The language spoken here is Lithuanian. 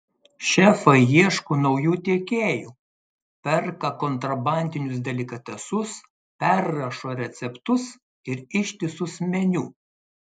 šefai ieško naujų tiekėjų perka kontrabandinius delikatesus perrašo receptus ir ištisus meniu